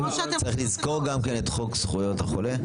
צריך לזכור גם כן את חוק זכויות החולה.